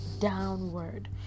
downward